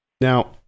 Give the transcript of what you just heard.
now